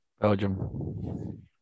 Belgium